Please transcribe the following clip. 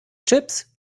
chips